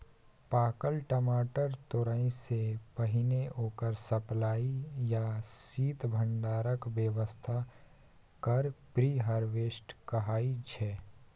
पाकल टमाटर तोरयसँ पहिने ओकर सप्लाई या शीत भंडारणक बेबस्था करब प्री हारवेस्ट कहाइ छै